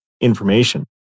information